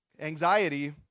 Anxiety